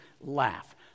laugh